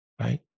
right